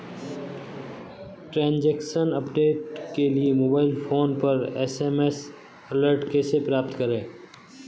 Transaction update के लिए mobile phone पर एस.एम.एस अलर्ट कैसे प्राप्त करें?